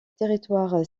territoire